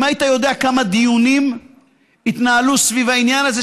אם היית יודע כמה דיונים התנהלו סביב העניין הזה,